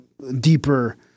deeper